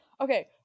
Okay